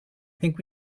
think